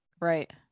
Right